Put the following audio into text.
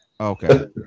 okay